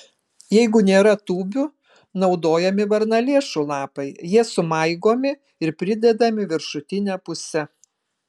jeigu nėra tūbių naudojami varnalėšų lapai jie sumaigomi ir pridedami viršutine puse